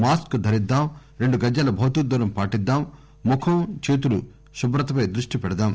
mask ధరిద్దాం రెండు గజాల భౌతిక దూరం పాటిద్లాం ముఖం చేతుల శుభ్రతపై దృష్టి పెడదాం